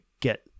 get